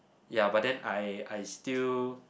ya but then I I still